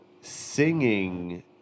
singing